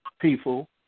people